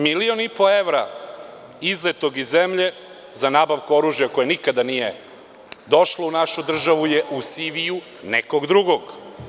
Milion i po evra iznetog iz zemlje za nabavku oružja koje nikada nije došlo u našu državu je u CV nekog drugog.